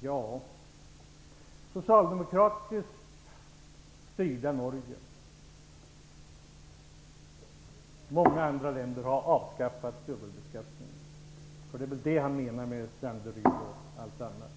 Det socialdemokratiskt styrda Norge och många andra länder har avskaffat dubbelbeskattningen, för det är väl den Georg Andersson menar när han talar om Danderyd.